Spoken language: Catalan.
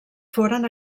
foren